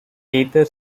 either